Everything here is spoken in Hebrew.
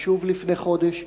ושוב לפני חודש,